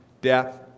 death